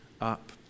up